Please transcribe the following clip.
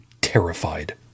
terrified